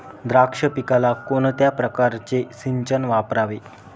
द्राक्ष पिकाला कोणत्या प्रकारचे सिंचन वापरावे?